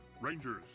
Rangers